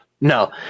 No